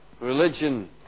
religion